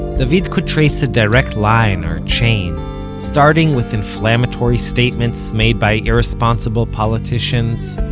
david could trace a direct line, or chain starting with inflammatory statements made by irresponsible politicians,